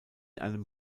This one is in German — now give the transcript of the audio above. einem